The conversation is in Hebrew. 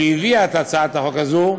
שהביאה את הצעת החוק הזאת,